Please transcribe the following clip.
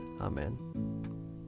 Amen